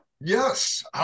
Yes